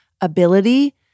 ability